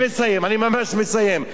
אני ממש מסיים.